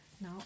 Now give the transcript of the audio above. Now